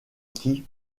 qui